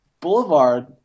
Boulevard